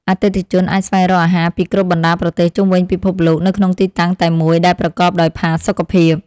អតិថិជនអាចស្វែងរកអាហារពីគ្រប់បណ្តាប្រទេសជុំវិញពិភពលោកនៅក្នុងទីតាំងតែមួយដែលប្រកបដោយផាសុកភាព។